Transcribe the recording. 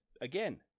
again